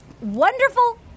wonderful